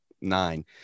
nine